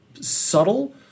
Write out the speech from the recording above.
subtle